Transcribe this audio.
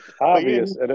Obvious